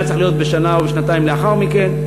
היה צריך להיות שנה או שנתיים לאחר מכן,